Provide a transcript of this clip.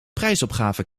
prijsopgave